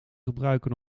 gebruiken